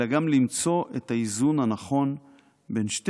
אלא גם למצוא את האיזון הנכון בין שתי